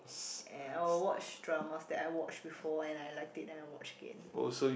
and I'll watch dramas that I watch before and I liked it then I watch again